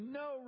no